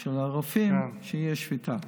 של הרופאים תהיה שביתה.